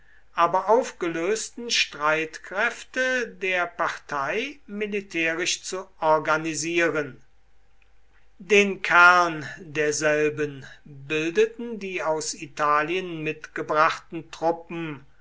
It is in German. aber aufgelösten streitkräfte der partei militärisch zu organisieren den kern derselben bildeten die aus italien mitgebrachten truppen